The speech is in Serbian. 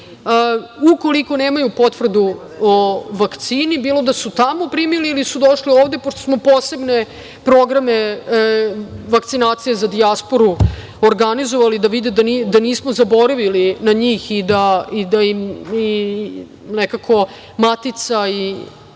Ukoliko nemaju potvrdu o vakcini, bilo da su tamo primili ili su došli ovde, pošto smo posebne programe vakcinacije za dijasporu organizovali da vide da nismo zaboravili na njih i da im i nekako matica na